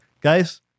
Guys